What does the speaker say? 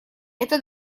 это